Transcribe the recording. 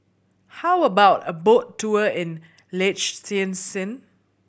how about a boat tour in Liechtenstein